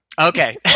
Okay